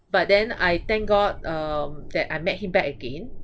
but then I thank god um that I met him back again